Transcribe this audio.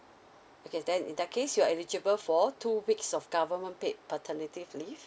okay then in that case you're eligible for two weeks of government paid paternity leave